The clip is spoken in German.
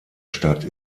stadt